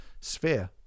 Sphere